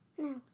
No